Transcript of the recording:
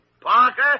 Parker